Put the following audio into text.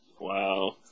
Wow